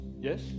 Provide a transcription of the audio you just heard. Yes